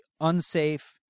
unsafe